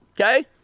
okay